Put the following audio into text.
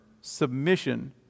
submission